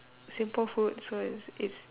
simple food so it's it's